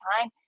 time